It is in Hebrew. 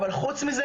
אבל חוץ מזה,